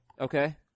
Okay